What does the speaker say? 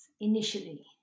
initially